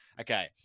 okay